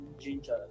ginger